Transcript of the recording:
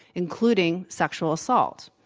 including sexual assault.